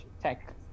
tech